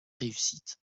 réussite